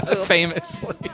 Famously